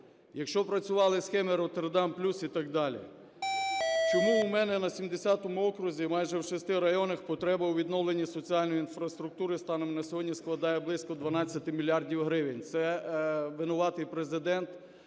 якщо працювали схеми "Роттердам плюс" і так далі? Чому у мене на 70 окрузі майже в шести районах потреба у відновленні соціальної інфраструктури станом на сьогодні складає близько 12 мільярдів гривень? Це винуватий Президент